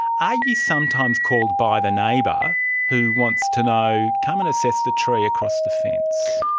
are you sometimes called by the neighbour who wants to know, come and assess the tree across the fence?